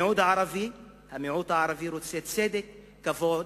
המיעוט הערבי רוצה צדק, כבוד,